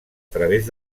través